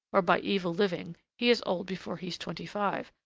or by evil living, he is old before he's twenty-five.